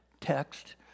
text